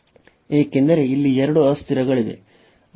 ಏಕೆಂದರೆ ಇಲ್ಲಿ ಎರಡು ಅಸ್ಥಿರಗಳಿವೆ